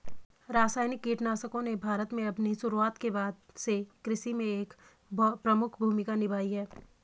रासायनिक कीटनाशकों ने भारत में अपनी शुरूआत के बाद से कृषि में एक प्रमुख भूमिका निभाई है